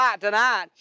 tonight